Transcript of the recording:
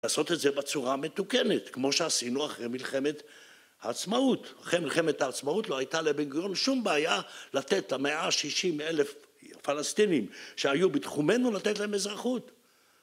לעשות את זה בצורה מתוקנת, כמו שעשינו אחרי מלחמת העצמאות. אחרי מלחמת העצמאות לא הייתה לבן-גוריון שום בעיה לתת ל-160 אלף פלסטינים שהיו בתחומנו לתת להם אזרחות